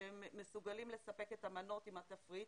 שהן מסוגלות לספק את המנות עם התפריט,